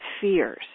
fears